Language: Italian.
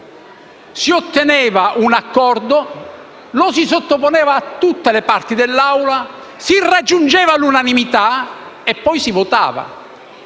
si otteneva un accordo, lo si sottoponeva a tutte le parti, si raggiungeva l'unanimità e poi si votava.